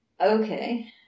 Okay